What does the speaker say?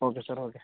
oaky sir oaky